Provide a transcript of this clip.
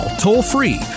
toll-free